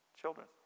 children